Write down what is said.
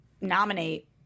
nominate